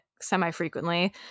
semi-frequently